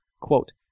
quote